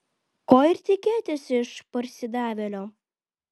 ko ir tikėtis iš parsidavėlio